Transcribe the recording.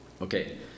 Okay